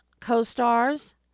co-stars